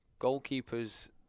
goalkeepers